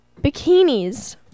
Bikinis